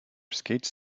skates